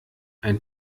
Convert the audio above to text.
ein